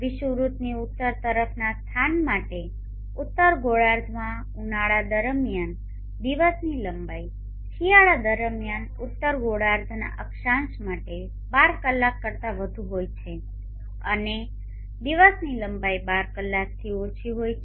વિષુવવૃત્તની ઉત્તર તરફના સ્થાન માટે ઉત્તર ગોળાર્ધમાં ઉનાળા દરમિયાન દિવસની લંબાઈ શિયાળા દરમિયાન ઉત્તર ગોળાર્ધના અક્ષાંશ માટે 12 કલાક કરતા વધુ હોય છે અને દિવસની લંબાઈ 12 કલાકથી ઓછી હોય છે